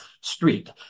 street